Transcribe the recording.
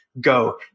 Go